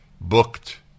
booked